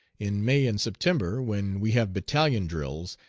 in may and september, when we have battalion drills,